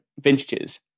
vintages